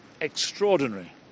extraordinary